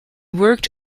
worked